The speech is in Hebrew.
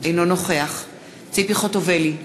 אינו נוכח ציפי חוטובלי,